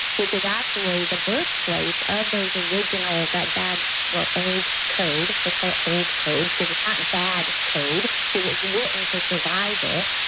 which is actually the birthplace of those original, that bad, well, old code, let's call it old code. because it's not bad code because it was written for survival.